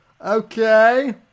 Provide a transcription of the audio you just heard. Okay